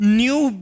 new